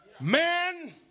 man